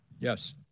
Yes